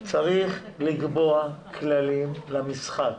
צריך לקבוע כללים למשחק.